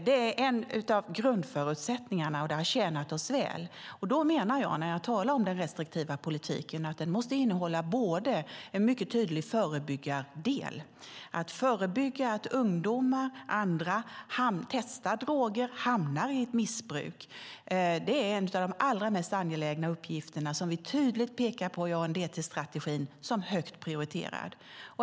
Det är en av grundförutsättningarna, och det har tjänat oss väl. Den restriktiva politiken, menar jag, måste innehålla en mycket tydlig förebyggardel. Att förebygga att ungdomar och andra testar droger och hamnar i ett missbruk är en av de allra mest angelägna uppgifterna som vi tydligt pekar på i ANDT-strategin som högt prioriterad.